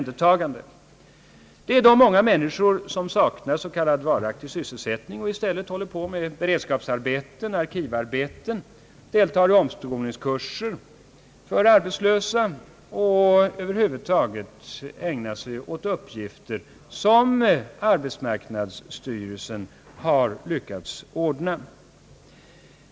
Det är de många människor som saknar s.k. varaktig sysselsättning och i stället håller på med beredskapsarbeten eller arkivarbeten, deltar i omskolningskurser för arbetslösa och över huvud taget ägnar sig åt uppgifter som arbetsmarknadsstyrelsen har lyckats ordna.